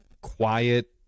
quiet